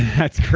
that's